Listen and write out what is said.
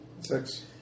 six